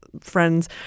friends